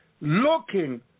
looking